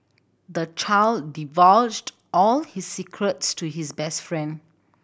the child divulged all his secrets to his best friend